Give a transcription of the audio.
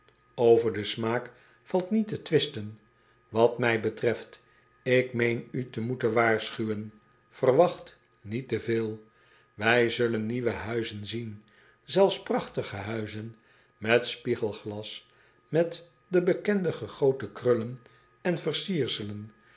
ver den smaak valt niet te twisten at mij betreft ik meen u te moeten waarschuwen verwacht niet te veel ij zullen nieuwe huizen zien zelfs prachtige huizen met spiegelglas met de bekende gegoten krullen en versierselen